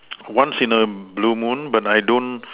once in a blue moon when I don't